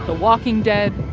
ah walking dead.